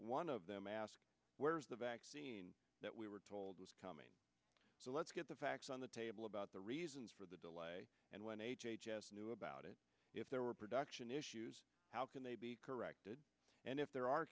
one of them asked where's the vaccine that we were told was coming so let's get the facts on the table about the reasons for the delay and when h h s knew about it if there were production issues how can they be corrected and if there are